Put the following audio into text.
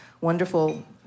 wonderful